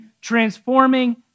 transforming